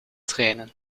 trainen